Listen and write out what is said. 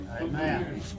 Amen